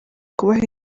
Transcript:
kubaha